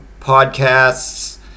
Podcasts